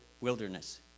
wilderness